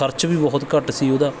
ਖਰਚ ਵੀ ਬਹੁਤ ਘੱਟ ਸੀ ਉਹਦਾ